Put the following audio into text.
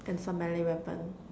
and some melee weapon